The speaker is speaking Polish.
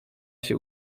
się